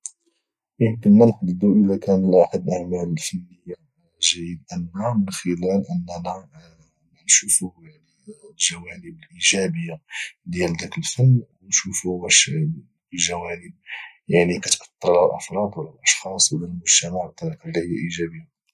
امكنا نحددو الى كان احد الاعمال الفنية جيد ام لا من خلال اننا نشوفو يعني الجوانب الاجابية ديال داك الفن او نشوفو واش الجوانب كتاتر على الافراد ولى على الاشخاص وعلى المجتمع بطريقة اللي هي اجابية